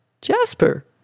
Jasper